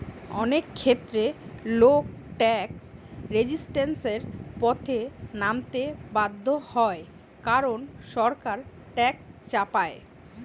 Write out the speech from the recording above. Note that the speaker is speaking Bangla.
অনেক ক্ষেত্রে লোক ট্যাক্স রেজিস্ট্যান্সের পথে নামতে বাধ্য হয় কারণ সরকার ট্যাক্স চাপায়